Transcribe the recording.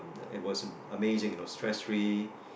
it was amazing it was stressfree